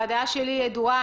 העמדה שלי ידועה,